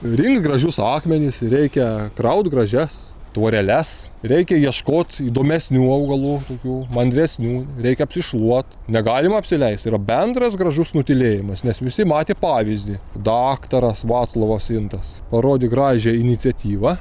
rinkt gražius akmenis reikia kraut gražias tvoreles reikia ieškot įdomesnių augalų tokių mandresnių reik apsišluot negalima apsileist yra bendras gražus nutylėjimas nes visi matė pavyzdį daktaras vaclovas intas parodė gražią iniciatyvą